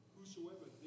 Whosoever